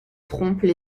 trompes